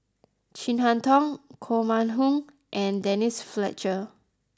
Chin Harn Tong Koh Mun Hong and Denise Fletcher